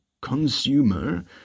consumer